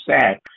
sad